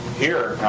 here,